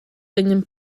vegnan